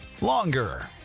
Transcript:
longer